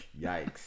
Yikes